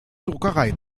druckerei